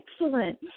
excellent